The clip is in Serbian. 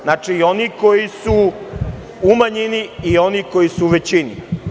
Znači i oni koji su umanjeni i oni koji su u većini.